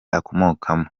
akomokamo